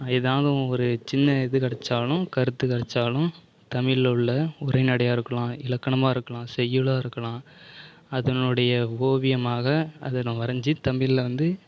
எதாவதும் ஒரு சின்ன இது கெடைச்சாலும் கருத்து கெடைச்சாலும் தமிழில் உள்ள உரைநடையாக இருக்கலாம் இலக்கணமாக இருக்கலாம் செய்யுளாக இருக்கலாம் அதனுடைய ஓவியமாக அதை நான் வரைஞ்சி தமிழில் வந்து